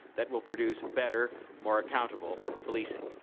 that will produce better, more accountable policing.